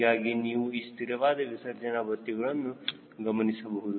ಹೀಗಾಗಿ ನೀವು ಈ ಸ್ಥಿರವಾದ ವಿಸರ್ಜನೆ ಬತ್ತಿಗಳನ್ನು ಗಮನಿಸಬೇಕು